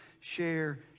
share